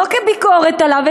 לא כביקורת עליו,